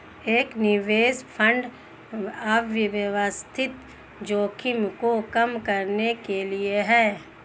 एक निवेश फंड अव्यवस्थित जोखिम को कम करने के लिए है